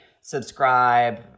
subscribe